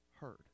heard